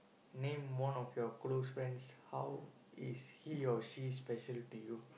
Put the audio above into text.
name one of your close friends how is he or she special to you